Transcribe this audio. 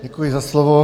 Děkuji za slovo.